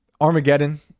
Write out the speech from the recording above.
Armageddon